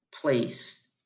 place